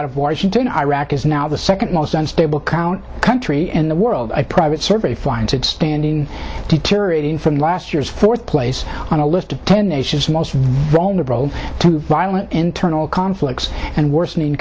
out of washington iraq is now the second most unstable count country in the world a private survey finds its standing deteriorating from last year's fourth place on a list of ten nations most vulnerable to violent internal conflicts and worsening